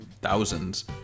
thousands